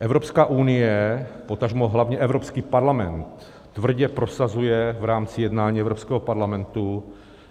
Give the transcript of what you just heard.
Evropská unie, potažmo hlavně Evropský parlament tvrdě prosazuje v rámci jednání Evropského parlamentu,